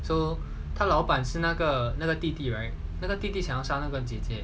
so 他老板是那个那个弟弟 right 那个弟弟想要杀那个姐姐